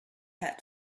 had